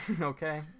Okay